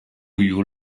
you